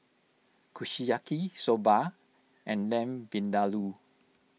Kushiyaki Soba and Lamb Vindaloo